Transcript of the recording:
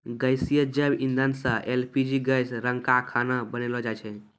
गैसीय जैव इंधन सँ एल.पी.जी गैस रंका खाना बनैलो जाय छै?